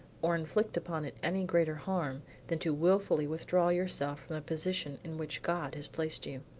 or inflict upon it any greater harm than to wilfully withdraw yourself from the position in which god has placed you.